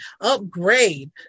upgrade